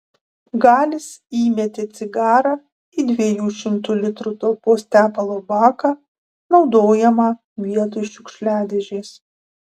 galis įmetė cigarą į dviejų šimtų litrų talpos tepalo baką naudojamą vietoj šiukšliadėžės